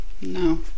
No